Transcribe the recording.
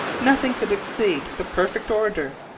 nothing could exceed the perfect order,